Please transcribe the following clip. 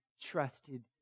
trusted